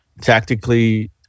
tactically